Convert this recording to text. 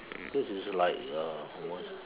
this is like the uh